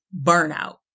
burnout